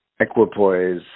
Equipoise